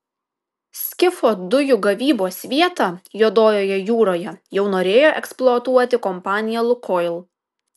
skifo dujų gavybos vietą juodojoje jūroje jau norėjo eksploatuoti kompanija lukoil